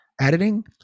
editing